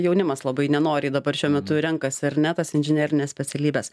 jaunimas labai nenoriai dabar šiuo metu renkasi ar ne tas inžinerines specialybes